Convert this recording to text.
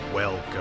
Welcome